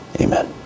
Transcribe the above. amen